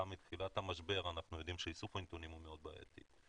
מתחילת המשבר אנחנו גם יודעים שאיסוף הנתונים הוא מאוד בעייתי.